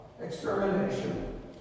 extermination